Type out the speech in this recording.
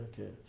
okay